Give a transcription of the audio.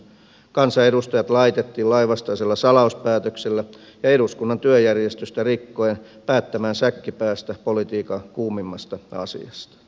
kansanedustajat laitettiin lainvastaisella salauspäätöksellä ja eduskunnan työjärjestystä rikkoen päättämään säkki päässä politiikan kuumimmasta asiasta